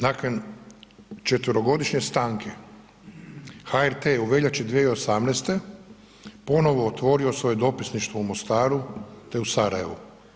Nakon četverogodišnje stanke HRT-a je u veljači 2018. ponovo otvorio svoje Dopisništvo u Mostaru te u Sarajevu.